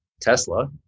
Tesla